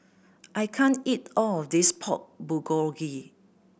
I can't eat all of this Pork Bulgogi